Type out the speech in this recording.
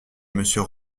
monsieur